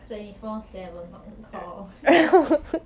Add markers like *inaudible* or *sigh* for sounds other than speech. twenty four seven on call *laughs*